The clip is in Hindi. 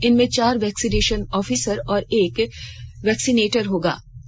इनमें चार वैक्सीनेशन ऑफिसर और एक वैक्सीनेटर होंगे